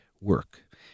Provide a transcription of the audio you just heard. work